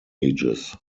ages